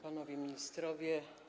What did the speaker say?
Panowie Ministrowie!